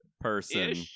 person